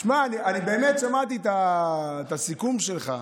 שמעתי את הסיכום שלך,